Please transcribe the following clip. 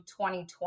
2020